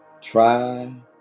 try